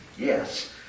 Yes